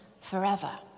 forever